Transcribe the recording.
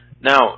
Now